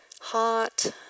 hot